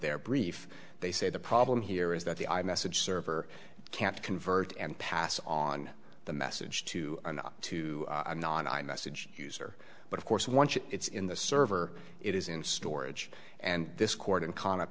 their brief they say the problem here is that the i message server can't convert and pass on the message to an up to non i message user but of course once it's in the server it is in storage and this court in con